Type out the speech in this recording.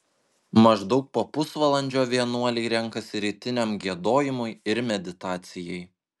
maždaug po pusvalandžio vienuoliai renkasi rytiniam giedojimui ir meditacijai